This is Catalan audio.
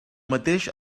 mateix